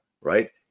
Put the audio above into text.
right